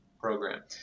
program